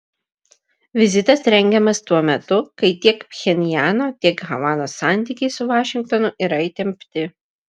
vizitas rengiamas tuo metu kai tiek pchenjano tiek havanos santykiai su vašingtonu yra įtempti